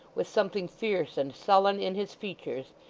with something fierce and sullen in his features,